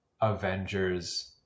avengers